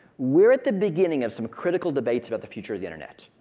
we're at the beginning of some critical debate about the future of the internet,